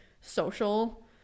social